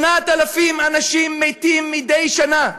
8,000 אנשים מתים מדי שנה.